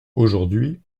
aujourd’hui